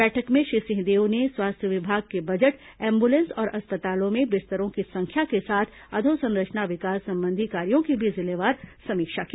बैठक में श्री सिंहदेव ने स्वास्थ्य विभाग के बजट एंबुलेंस और अस्पताल में बिस्तरों की संख्या के साथ अधोसंरचना विकास संबंधी कार्यों की भी जिलेवार समीक्षा की